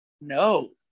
No